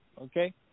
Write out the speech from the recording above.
okay